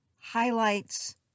highlights